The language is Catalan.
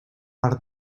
per